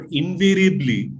invariably